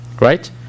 Right